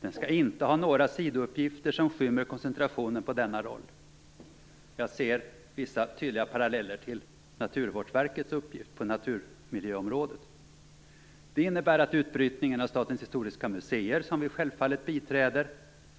Den skall inte ha några sidouppgifter som skymmer koncentrationen på denna roll. Jag ser vissa tydliga paralleller till Det innebär att utbrytningen av Statens historiska museer, som vi självfallet biträder,